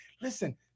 listen